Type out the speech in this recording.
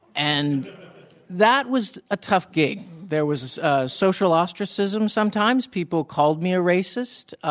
and that was a tough gig. there was ah social ostracism sometimes. people called me a racist.